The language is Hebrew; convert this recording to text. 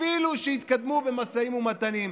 אפילו שהתקדמו במשאים ומתנים,